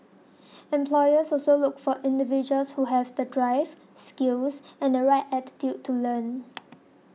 employers also look for individuals who have the drive skills and the right attitude to learn